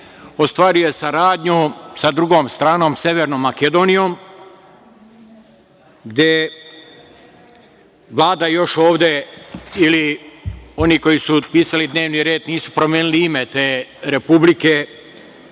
ostvaruje saradnju sa drugom stranom Severnom Makedonijom, gde Vlada još ovde, ili oni koji su pisali dnevni red nisu promenili ime te republike.